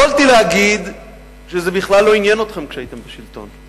יכולתי להגיד שזה בכלל לא עניין אתכם כשהייתם בשלטון.